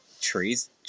trees